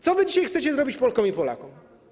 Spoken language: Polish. Co wy dzisiaj chcecie zrobić Polkom i Polakom?